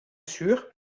sûr